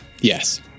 Yes